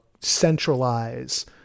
centralize